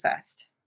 first